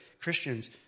Christians